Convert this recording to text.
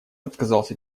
отказался